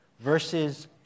verses